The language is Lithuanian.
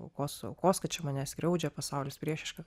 aukos aukos kad čia mane skriaudžia pasaulis priešiškas